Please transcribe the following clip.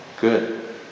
good